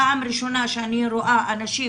פעם ראשונה שאני רואה אנשים